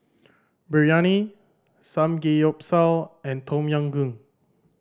Biryani Samgeyopsal and Tom Yam Goong